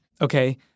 Okay